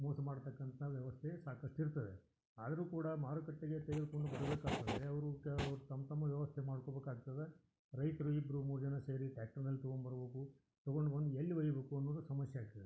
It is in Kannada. ಮೋಸ ಮಾಡತಕ್ಕಂಥ ವ್ಯವಸ್ಥೆ ಸಾಕಷ್ಟು ಇರ್ತದೆ ಆದರೂ ಕೂಡ ಮಾರುಕಟ್ಟೆಗೆ ತೆಗೆದ್ಕೊಂಡು ಬರಬೇಕಾದರೆ ಅವರು ಕ ಅವ್ರು ತಮ್ಮ ತಮ್ಮ ವ್ಯವಸ್ಥೆ ಮಾಡ್ಕೋಬೇಕಾಗ್ತದೆ ರೈತರು ಇಬ್ಬರು ಮೂರು ಜನ ಸೇರಿ ಟ್ಯಾಕ್ಟ್ರುನಲ್ಲಿ ತೊಗೊಂಬರ್ಬೇಕು ತೊಗೊಂಡು ಬಂದು ಎಲ್ಲಿ ಒಯ್ಬೇಕು ಅನ್ನೋದು ಸಮಸ್ಯೆ ಆಗ್ತದೆ